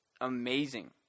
amazing